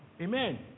amen